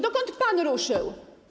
Dokąd pan ruszył?